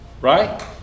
right